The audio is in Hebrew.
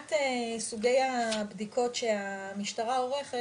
מבחינת סוגי הבדיקות שהמשטרה עורכת,